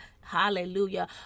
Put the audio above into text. Hallelujah